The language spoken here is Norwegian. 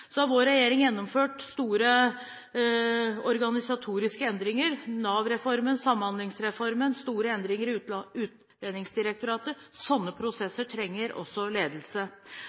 Så har vår regjering gjennomført store organisatoriske endringer: Nav-reformen, Samhandlingsreformen, store endringer i Utlendingsdirektoratet. Slike prosesser trenger også ledelse.